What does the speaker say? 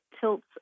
tilts